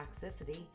toxicity